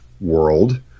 world